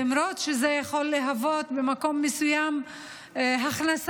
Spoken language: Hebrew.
אומנם זה יכול להוות במקום מסוים הכנסה